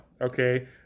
Okay